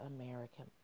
American